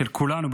של כולנו,